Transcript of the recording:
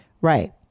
Right